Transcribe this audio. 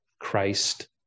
Christ